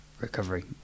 recovery